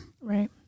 right